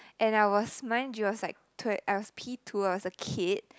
and I was mind you I was like tw~ I was P two I was a kid